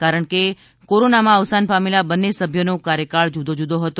કારણ કે કોરોનામાં અવસાન પામેલા બંને સભ્યનો કાર્યકાલ જુદો જુદો હતો